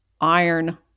iron